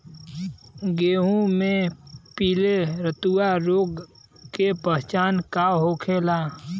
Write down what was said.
गेहूँ में पिले रतुआ रोग के पहचान का होखेला?